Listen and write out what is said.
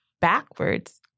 backwards